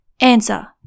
Answer